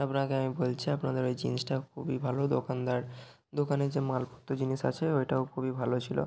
আপনাকে আমি বলছি আপনাদের ওই জিন্সটা খুবই ভালো দোকানদার দোকানের যে মালপত্র জিনিস আছে ওটাও খুবই ভালো ছিল